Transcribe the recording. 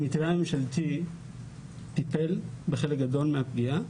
המתווה הממשלתי טיפל בחלק גדול מהפגיעה.